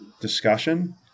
discussion